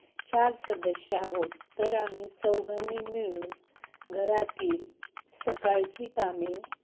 चार सदस्य आहोत तर आम्ही चौघांनी मिळून घरातील सकाळची कामे